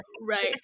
Right